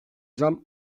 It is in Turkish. zam